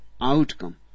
outcome